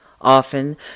Often